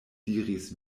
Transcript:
diris